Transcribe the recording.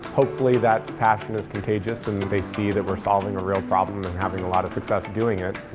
hopefully that passion is contagious and they see that we're solving a real problem and having a lot of success doing it.